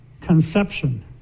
conception